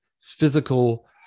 physical